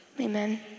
Amen